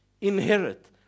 inherit